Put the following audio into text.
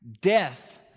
death